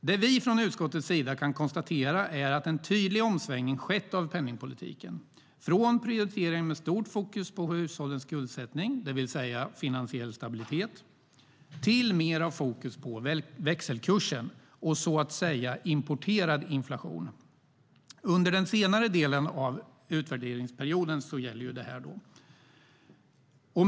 Det vi från utskottets sida kan konstatera är att det under den senare delen av utvärderingsperioden har skett en tydlig omsvängning av penningpolitiken, från prioriteringar med stort fokus på hushållens skuldsättning, det vill säga finansiell stabilitet, till mer av fokus på växelkursen och så att säga importerad inflation.